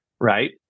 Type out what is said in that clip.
Right